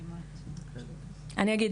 אני אגיד,